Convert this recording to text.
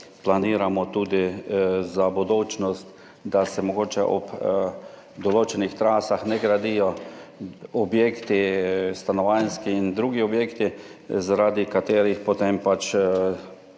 planiramo tudi za bodočnost, da se mogoče ob določenih trasah ne gradijo stanovanjski in drugi objekti, zaradi katerih potem pač